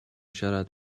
siarad